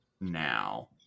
now